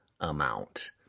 amount